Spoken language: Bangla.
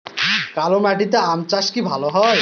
কালো মাটিতে আম চাষ কি ভালো হয়?